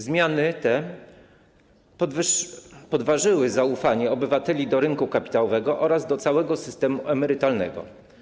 Zmiany te podważyły zaufanie obywateli do rynku kapitałowego oraz do całego systemu emerytalnego.